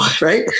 right